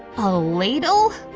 a ladle!